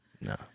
No